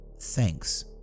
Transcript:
Thanks